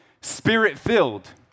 Spirit-filled